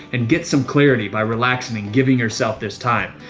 and get some clarity by relaxing giving yourself this time.